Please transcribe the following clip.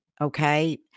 okay